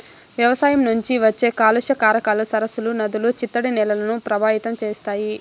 వ్యవసాయం నుంచి వచ్చే కాలుష్య కారకాలు సరస్సులు, నదులు, చిత్తడి నేలలను ప్రభావితం చేస్తాయి